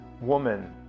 woman